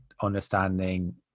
understanding